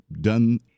done